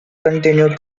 continue